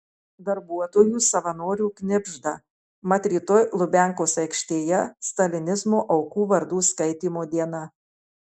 darbuotojų savanorių knibžda mat rytoj lubiankos aikštėje stalinizmo aukų vardų skaitymo diena